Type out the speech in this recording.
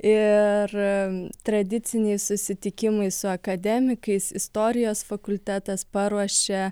ir tradiciniai susitikimai su akademikais istorijos fakultetas paruošė